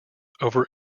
over